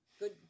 Good